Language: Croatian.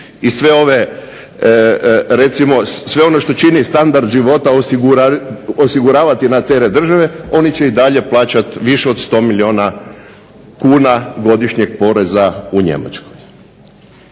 dalje skrbjeti i sve ono što čini standard života osiguravati na teret države oni će i dalje plaćati više od 100 milijuna kuna godišnjeg poreza u Njemačkoj.